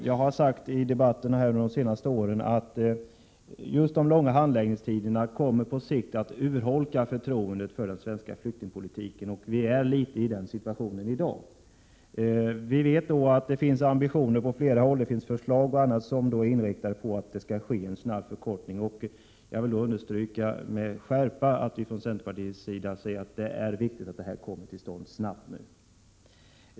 Jag har sagt i debatterna de senaste åren att de långa handläggningstiderna på sikt kommer att urholka förtroendet för den svenska flyktingpolitiken, och vi är litet i den situationen i dag. Vi vet att det finns ambitioner på flera håll, och det finns förslag som är inriktade på att få till stånd en snabb förkortning av handläggningstiderna. Jag vill understryka med skärpa att vi från centerpartiets sida anser att det är viktigt att det sker en snabb förbättring härvidlag.